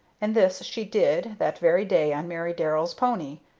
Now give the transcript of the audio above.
and this she did that very day on mary darrell's pony,